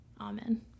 Amen